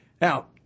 Now